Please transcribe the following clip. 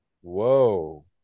Whoa